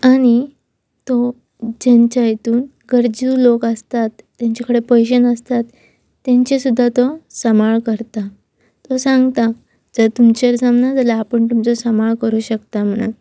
आनी तो जेंच्या हितून गरजी लोक आसतात तेंचे कडेन पयशे नासतात तेंचे सुद्दा तो सांबाळ करता तो सांगता जर तुमचेर जमना जाल्यार आपूण तुमचो सांबाळ करूं शकता म्हणून